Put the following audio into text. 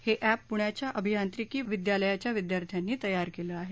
हे एप पुण्याच्या अभियांत्रिकी विद्यालयाच्या विद्यार्थ्यांनी तयार केलं आहे